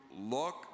look